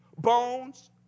bones